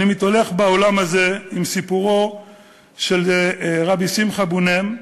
אני מתהלך בעולם הזה עם סיפורו של רבי שמחה בונים,